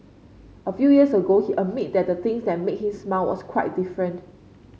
a few years ago he admit that the things that made him smile was quite different